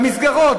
במסגרות,